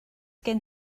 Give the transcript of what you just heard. gen